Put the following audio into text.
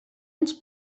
ens